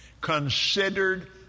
Considered